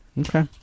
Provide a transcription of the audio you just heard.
Okay